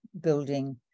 building